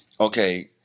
Okay